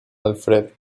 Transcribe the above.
alfred